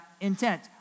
intent